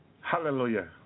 Hallelujah